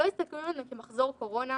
לא יסתכלו עלינו כמחזור קורונה?